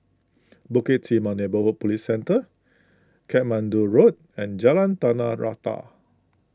Bukit Timah Neighbourhood Police Centre Katmandu Road and Jalan Tanah Rata